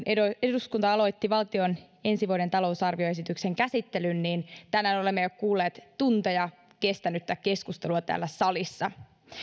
eduskunta aloitti valtion ensi vuoden talousarvioesityksen käsittelyn ja tänään olemme jo kuulleet tunteja kestänyttä keskustelua täällä salissa